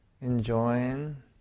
enjoying